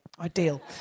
ideal